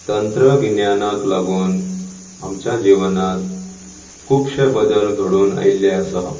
तंत्रगिन्यानाक लागून आमच्या जिवनांत खूबशे बदल घडून आयिल्ले आसा